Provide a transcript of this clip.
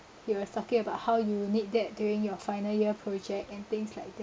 he was talking about how you need that during your final year project and things like that